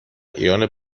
ایران